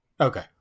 Okay